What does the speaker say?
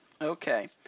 Okay